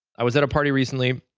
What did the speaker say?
i was at a party recently,